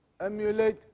Emulate